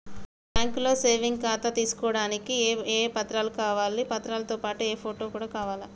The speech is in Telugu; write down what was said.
మీ బ్యాంకులో సేవింగ్ ఖాతాను తీసుకోవడానికి ఏ ఏ పత్రాలు కావాలి పత్రాలతో పాటు ఫోటో కూడా కావాలా?